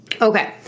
Okay